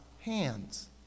hands